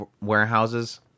warehouses